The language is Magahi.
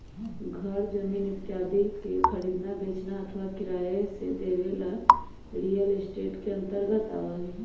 घर जमीन इत्यादि के खरीदना, बेचना अथवा किराया से देवे ला रियल एस्टेट के अंतर्गत आवा हई